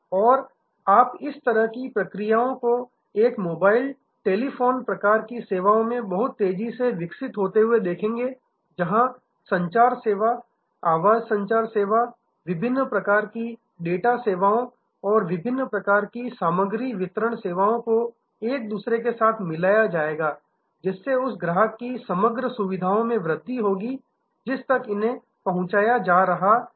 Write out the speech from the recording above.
और आप इस तरह की प्रक्रियाओं को एक मोबाइल टेलीफोन प्रकार की सेवाओं में बहुत तेजी से विकसित होते हुए देखेंगे जहां संचार सेवा आवाज संचार सेवा विभिन्न प्रकार की डेटा सेवाओं विभिन्न प्रकार की सामग्री वितरण सेवाओं को एक दूसरे के साथ मिलाया जाएगा जिससे उस ग्राहक कि समग्र सुविधाओं में वृद्धि होगी जिस तक इन्हें पहुंचाया जा रहा है